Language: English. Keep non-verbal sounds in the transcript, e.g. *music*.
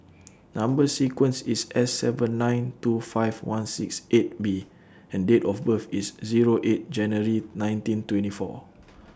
*noise* Number sequence IS S seven nine two five one six eight B and Date of birth IS Zero eight January nineteen twenty four *noise*